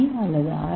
ஏ அல்லது ஆர்